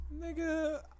Nigga